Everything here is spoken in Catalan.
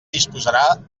disposarà